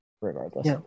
regardless